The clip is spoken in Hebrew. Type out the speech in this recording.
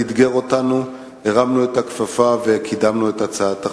להבטיח לנו ולילדינו אחרינו עתיד שלום וביטחון בארץ הזאת?